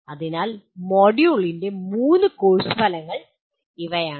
അതിനാൽ മൊഡ്യൂളിൻ്റെ മൂന്ന് കോഴ്സ് ഫലങ്ങൾ ഇവയാണ്